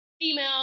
female